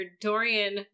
Dorian